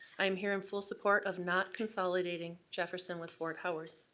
i am here in full support of not consolidating jefferson with fort howard.